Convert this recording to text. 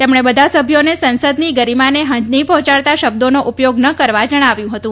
તેમણે બધા સભ્યોને સંસદની ગરિમાને હાનિ પહોંચાડતા શબ્દોનો ઉપયોગ ન કરવા જણાવ્યું હતું